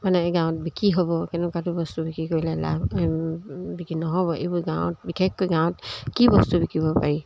মানে গাঁৱত বিক্ৰী হ'ব কেনেকুৱাটো বস্তু বিক্ৰী কৰিলে লাভ বিক্ৰী নহ'ব এইবোৰ গাঁৱত বিশেষকৈ গাঁৱত কি বস্তু বিকিব পাৰি